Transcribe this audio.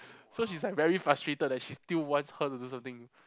so she's like very frustrated that she still wants her to do something